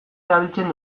erabiltzen